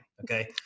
Okay